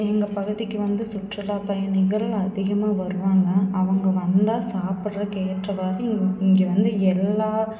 எங்கள் பகுதிக்கு வந்து சுற்றுலாப் பயணிகள் அதிகமாக வருவாங்க அவங்க வந்தால் சாப்பிடறக்கேற்றவாறு இ இங்கே வந்து எல்லா